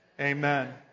Amen